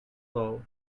low